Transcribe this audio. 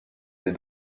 des